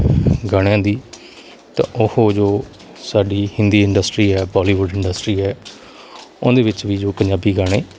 ਗਾਣਿਆਂ ਦੀ ਤਾਂ ਉਹ ਜੋ ਸਾਡੀ ਹਿੰਦੀ ਇੰਡਸਟਰੀ ਹੈ ਬੋਲੀਵੁੱਡ ਇੰਡਸਟਰੀ ਹੈ ਉਹਦੇ ਵਿੱਚ ਵੀ ਜੋ ਪੰਜਾਬੀ ਗਾਣੇ